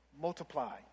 Multiply